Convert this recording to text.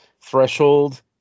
threshold